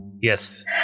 Yes